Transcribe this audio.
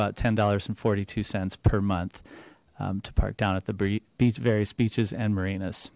about ten dollars and forty two cents per month to park down at the brief beach very speeches and marinas